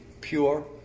pure